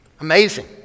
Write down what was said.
Amazing